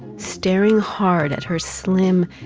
staring hard at her slim,